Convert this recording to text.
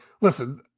listen